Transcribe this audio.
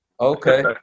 Okay